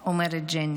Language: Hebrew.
אומרת ג'ני.